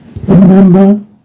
Remember